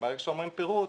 הדברים שאומרים פירוט,